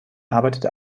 arbeitete